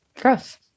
gross